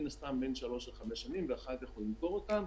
מן הסתם בין שלוש לחמש שנים ואחר כך הוא ימכור אותן,